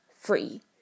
free